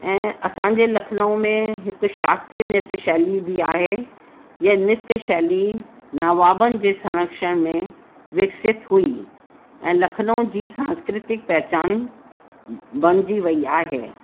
ऐं असांजे लखनऊ में हिकु शास्त्रीय नृत्य शैली बि आहे हीअ नृत्य शैली नवाबनि जे संरक्षण में विकसित हुई ऐं लखनऊ जी सांस्कृतिक पहिचान बणिजी वई आहे